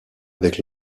avec